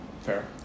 Fair